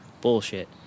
bullshit